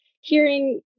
hearing